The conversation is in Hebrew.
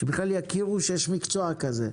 שיכירו שיש מקצוע כזה.